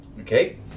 okay